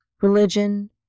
religion